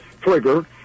trigger